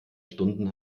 stunden